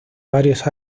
varios